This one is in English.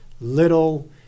little